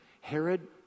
Herod